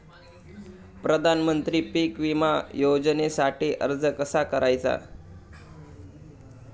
प्रधानमंत्री पीक विमा योजनेसाठी अर्ज कसा करायचा?